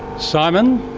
simon,